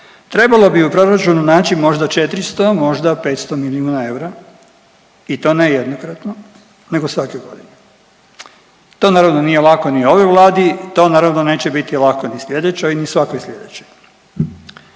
trebalo bi u proračunu naći možda 400, možda 500 milijuna eura i to ne jednokratno nego svake godine. To naravno nije lako ni ovoj Vladi, to naravno neće biti lako ni slijedećoj ni svakoj slijedećoj.